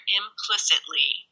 implicitly